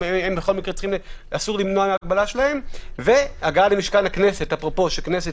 בכל מקרה אסורה הגבלה שלהם והגעה למשכן הכנסת